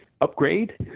upgrade